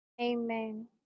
Amen